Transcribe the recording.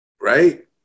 right